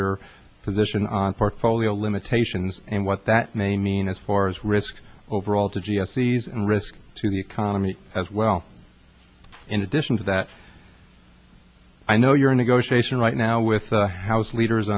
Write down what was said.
your position on portfolio limitations and what that may mean as far as risk overall to g ses and risk to the economy as well in addition to that i know you're a negotiation right now with the house leaders